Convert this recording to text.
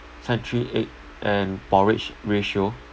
century egg and porridge ratio